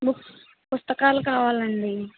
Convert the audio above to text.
books పుస్తకాలు కావాలండీ